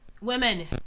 women